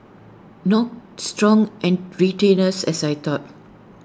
not strong and retainers as I thought